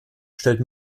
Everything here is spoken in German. stellt